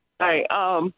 Hi